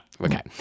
okay